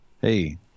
Hey